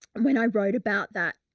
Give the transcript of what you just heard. when i wrote about that,